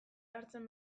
hartzen